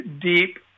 deep